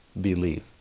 believe